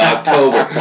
October